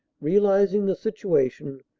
realising the situation,